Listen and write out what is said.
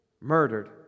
Murdered